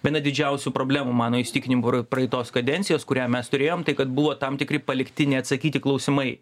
viena didžiausių problemų mano įsitikinimu pra praeitos kadencijos kurią mes turėjom tai kad buvo tam tikri palikti neatsakyti klausimai